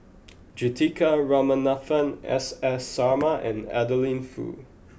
Juthika Ramanathan S S Sarma and Adeline Foo